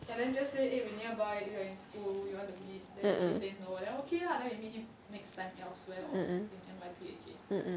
and then just say eh we nearby if you are in school you want to meet then if he say no then okay lah then we meet him next time elsewhere or in N_Y_P again